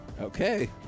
Okay